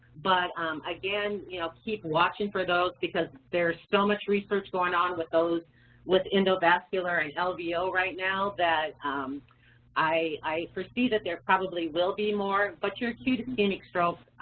but um again, you know keep watching for those because there's so much research going on with those with endovascular and lvo right now that i forsee that there probably will be more, but you're acute ischemic stroke,